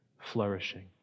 flourishing